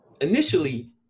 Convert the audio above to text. initially